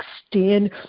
extend